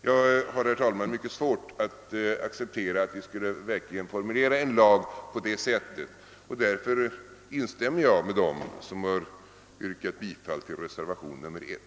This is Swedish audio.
Jag har, herr talman, mycket svårt att acceptera att vi verkligen skulle formulera en lag på det sättet. Därför instämmer jag med dem som har yrkat bifall till reservation nr 1.